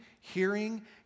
hearing